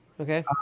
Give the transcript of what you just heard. okay